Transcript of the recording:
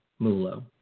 mulo